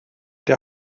der